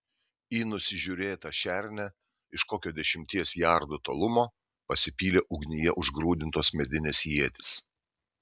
į nusižiūrėtą šernę iš kokio dešimties jardų tolumo pasipylė ugnyje užgrūdintos medinės ietys